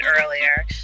earlier